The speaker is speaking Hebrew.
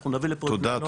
אנחנו נביא לפה בני נוער.